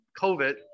COVID